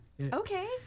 Okay